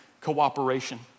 cooperation